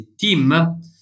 team